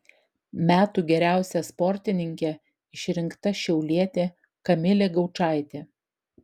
metų geriausia sportininke išrinkta šiaulietė kamilė gaučaitė